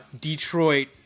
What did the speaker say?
Detroit